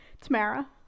Tamara